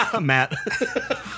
Matt